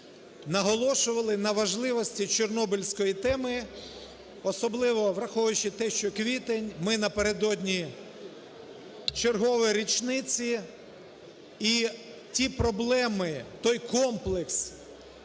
наголошували на важливості Чорнобильської теми, особливо враховуючи те, що квітень ми напередодні чергової річниці. І ті проблеми, той комплекс